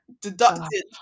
deducted